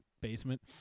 basement